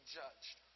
judged